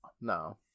no